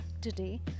Today